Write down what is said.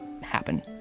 happen